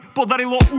podarilo